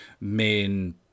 main